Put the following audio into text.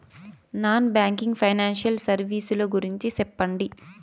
Non banking financial services ల గురించి సెప్పండి?